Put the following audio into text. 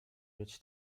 być